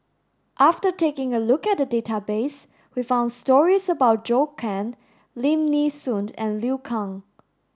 after taking a look at the database we found stories about Zhou Can Lim Nee Soon and Liu Kang